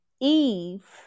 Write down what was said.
Eve